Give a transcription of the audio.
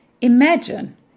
Imagine